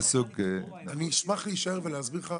אני אשמח להישאר ולהסביר לך.